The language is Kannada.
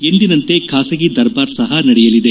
ಎಂದಿನಂತೆ ಬಾಸಗಿ ದರ್ಬಾರ್ ಸಹ ನಡೆಯಲಿದೆ